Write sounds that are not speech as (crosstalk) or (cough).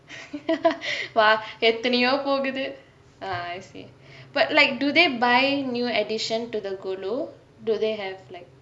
(laughs) !wah! எத்தைணையோ போகுது:ethanaiyo poguthu ah I see but like do they buy new addition to the kolu do they have like